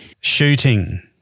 Shooting